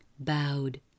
bowed